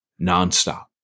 nonstop